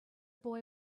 boy